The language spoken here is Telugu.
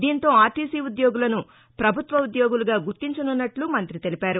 దీంతో ఆర్టీసీ ఉద్యోగులను ప్రభుత్వ ఉద్యోగులుగా గుర్తించనున్నట్లు మంతి తెలిపారు